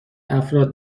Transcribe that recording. افراد